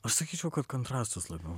aš sakyčiau kad kontrastus labiau